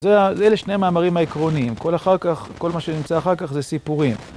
זה אלה שני המאמרים העקרוניים, כל אחר כך, כל מה שנמצא אחר כך זה סיפורים.